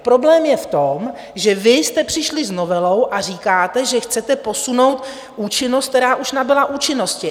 Problém je v tom, že vy jste přišli s novelou a říkáte, že chcete posunout účinnost, která už nabyla účinnosti.